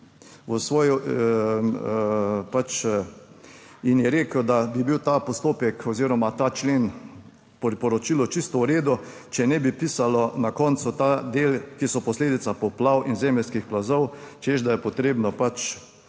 v svoji in je rekel, da bi bil ta postopek oziroma ta člen, priporočilo čisto v redu, če ne bi pisalo na koncu ta del, ki so posledica poplav in zemeljskih plazov, češ da je potrebno vse